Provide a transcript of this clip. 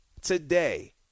Today